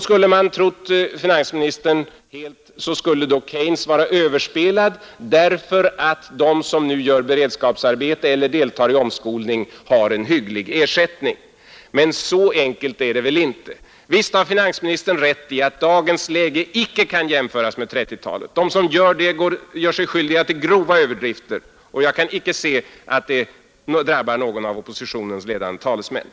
Skulle man tro finansministern helt, så skulle Keynes vara överspelad därför att de som nu utför beredskapsarbete eller deltar i omskolning har en hygglig ersättning. Men så enkelt är det väl inte. Visst har finansministern rätt i att dagens läge icke kan jämställas med trettiotalet. De som gör det gör sig skyldiga till grova överdrifter, och jag kan icke se att detta drabbar någon av oppositionens ledande talesmän.